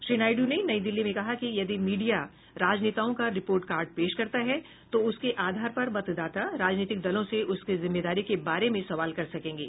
श्री नायडू ने नई दिल्ली में कहा कि यदि मीडिया राजनेताओं का रिपोर्ट कार्ड पेश करता है तो उसके आधार पर मतदाता राजनीतिक दलों से उनकी जिम्मेदारी के बारे में सवाल कर सकेंगे